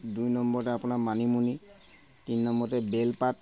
দুই নম্বৰতে আপোনাৰ মানিমুনি তিন নম্বৰতে বেলপাত